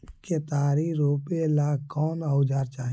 केतारी रोपेला कौन औजर चाही?